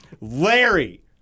Larry